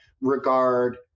regard